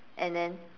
and then